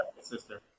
sister